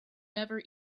never